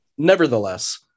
Nevertheless